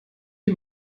die